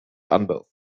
anders